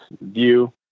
view